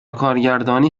کارگردانی